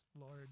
Lord